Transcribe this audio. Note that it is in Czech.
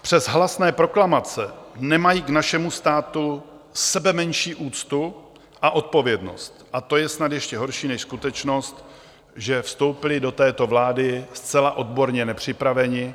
Přes halasné proklamace nemají k našemu státu sebemenší úctu a odpovědnost a to je snad ještě horší než skutečnost, že vstoupili do této vlády zcela odborně nepřipravení.